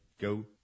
Go